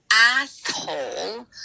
asshole